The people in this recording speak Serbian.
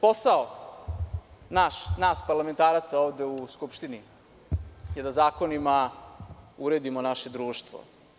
Posao nas parlamentaraca ovde u Skupštini je da zakonima uredimo naše društvo.